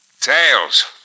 Tails